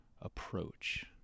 approach